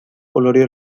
coloreó